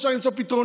אפשר למצוא פתרונות.